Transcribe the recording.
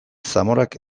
zamorak